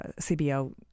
CBO